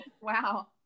Wow